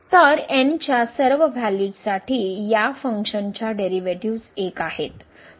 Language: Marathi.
तर n च्या सर्व व्हॅल्यूजसाठी या फंक्शनच्या डेरिव्हेटिव्हज 1 आहेत